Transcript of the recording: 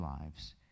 lives